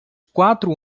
quatro